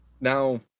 Now